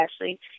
Ashley